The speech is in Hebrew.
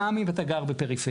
גם אם אתה גר בפריפריה,